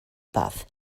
path